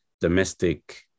domestic